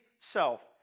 self